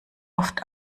oft